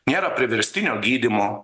nėra priverstinio gydymo